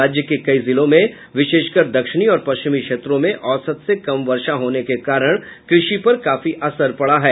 राज्य के कई जिलों में विशेषकर दक्षिणी और पश्चिमी क्षेत्रों में औसत से कम वर्षा होने के कारण कृषि पर काफी असर पड़ा है